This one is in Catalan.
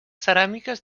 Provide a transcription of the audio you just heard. ceràmiques